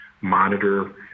monitor